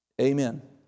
Amen